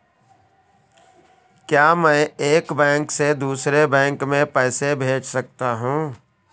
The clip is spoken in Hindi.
क्या मैं एक बैंक से दूसरे बैंक में पैसे भेज सकता हूँ?